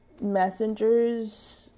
messengers